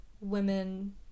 women